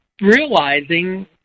realizing